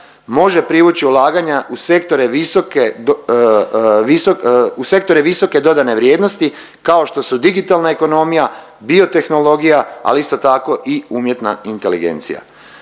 visoke, viso…, u sektore visoke dodane vrijednosti kao što su digitalna ekonomija, biotehnologija, ali isto tako i umjetna inteligencija.